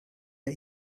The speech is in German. der